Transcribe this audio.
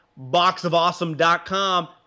BoxOfAwesome.com